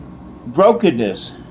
brokenness